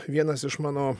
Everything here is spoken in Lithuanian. vienas iš mano